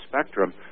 spectrum